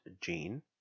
gene